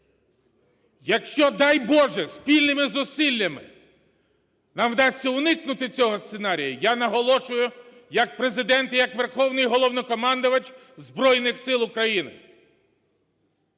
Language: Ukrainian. Якщо, дай Боже, спільними зусиллями нам вдасться уникнути цього сценарію, я наголошую як Президент і як Верховний Головнокомандувач Збройних Сил України: